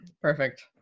Perfect